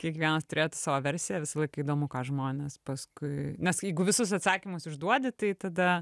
kiekvienas turėtų savo versiją visąlaik įdomu ką žmonės paskui nes jeigu visus atsakymus išduodi tai tada